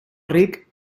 ric